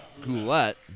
Goulette